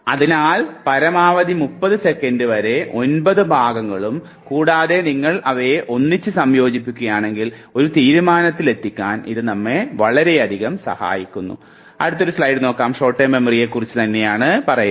അതിനാൽ പരമാവധി 30 സെക്കൻഡ് വരെ 9 ഭാഗങ്ങളും കൂടാതെ നിങ്ങൾ അവയെ ഒന്നിച്ച് സംയോജിപ്പിക്കുകയാണെങ്കിൽ ഒരു തീരുമാനത്തിലെത്താൻ ഇത് നമ്മെ വളരെയധികം സഹായിക്കുകയും ചെയ്യുന്നു